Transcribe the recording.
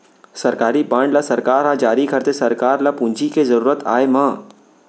सरकारी बांड ल सरकार ह जारी करथे सरकार ल पूंजी के जरुरत आय म